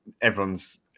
everyone's